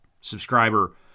subscriber